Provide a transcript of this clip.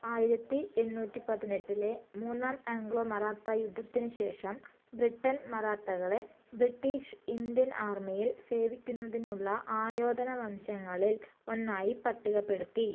ആയിരത്തി എണ്ണൂറ്റി പതിനെട്ടിലെ മൂന്നാം ആംഗ്ലോ മറാത്ത യുദ്ധത്തിനു ശേഷം ബ്രിട്ടൻ മറാത്തകളെ ബ്രിട്ടീഷ് ഇന്ത്യൻ ആർമിയിൽ സേവിക്കുന്നതിനുള്ള ആയോധന വംശങ്ങളിൽ ഒന്നായി പട്ടികപ്പെടുത്തി